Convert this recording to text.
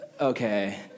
okay